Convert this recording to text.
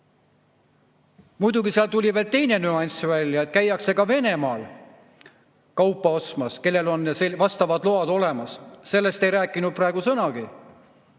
Muidugi, seal tuli veel teine nüanss välja, et käiakse ka Venemaal kaupa ostmas, kellel on vastavad load olemas. Sellest ei rääkinud praegu sõnagi.